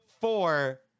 Four